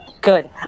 Good